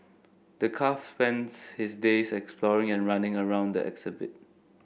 the calf spends his days exploring and running around the exhibit